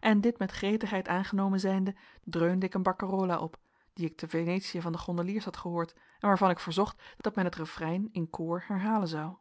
en dit met gretigheid aangenomen zijnde dreunde ik een barcerolla op die ik te venetië van de gondeliers had gehoord en waarvan ik verzocht dat men het refrein in koor herhalen zou